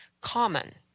common